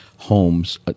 Homes